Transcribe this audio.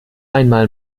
einmal